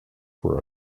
for